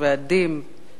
ועדים,